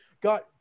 got